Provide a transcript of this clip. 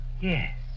Yes